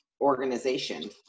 organization